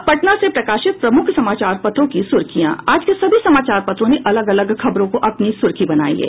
अब पटना से प्रकाशित प्रमुख समाचार पत्रों की सुर्खियां आज के सभी समाचार पत्रों ने अलग अलग खबरों को अपनी सुर्खी बनायी है